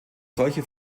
solche